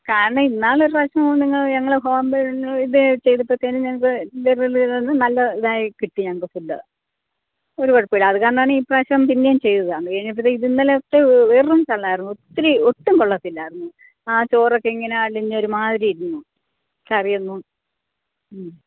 കാരണം ഇന്നാൾ ഒരു പ്രാവശ്യം നിങ്ങൾ ഞങ്ങൾ ഹോം ഡെലിവറി ചെയ്ത് ചെയ്തപ്പോഴത്തേനും ഞങ്ങൾക്ക് നല്ല ഇതായി കിട്ടി ഞങ്ങൾക്ക് ഫുഡ് ഒരു കുഴപ്പമില്ല അതുകാരണമാണ് ഇപ്രാവശ്യം പിന്നേം ചെയ്തെ അതുകഴിഞ്ഞപ്പോഴത്തേക്ക് ഇന്നലത്തെ വെറും ചള്ള് ആയിരുന്നു ഒത്തിരി ഒട്ടും കൊള്ളത്തില്ലായിരുന്നു ആ ചോറൊക്കെ ഇങ്ങനെ അളിഞ്ഞ് ഒരുമാതിരി ഇരുന്നു കറിയൊന്നും